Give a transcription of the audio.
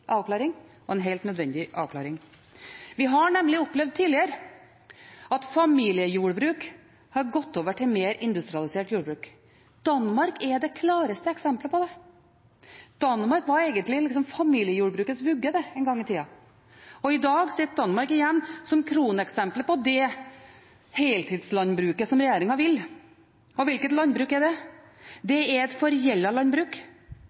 avklaring – og en helt nødvendig avklaring. Vi har nemlig opplevd tidligere at familiejordbruk har gått over til mer industrialisert jordbruk. Danmark er det klareste eksempelet på det. Danmark var egentlig familiejordbrukets vugge en gang i tida. I dag sitter Danmark igjen som kroneksempelet på det heltidslandbruket som regjeringen vil ha. Hvilket landbruk er det? Det er et forgjeldet landbruk.